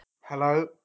Hello